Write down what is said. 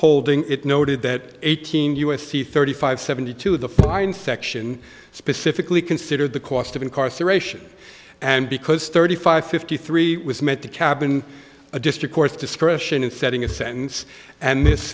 holding it noted that eighteen u s c thirty five seventy two the fine section specifically considered the cost of incarceration and because thirty five fifty three was meant to cabin a district court discretion in setting a sentence and